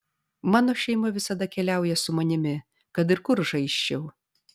mano šeima visada keliauja su manimi kad ir kur žaisčiau